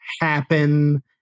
happen